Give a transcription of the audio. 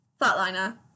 Flatliner